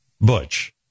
Butch